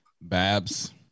Babs